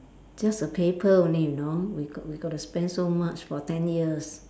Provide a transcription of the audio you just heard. just a paper only you know we got we got to spend so much for ten years